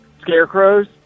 scarecrows